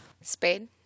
Spade